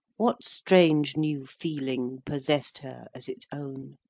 what strange new feeling possess'd her as its own?